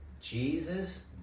jesus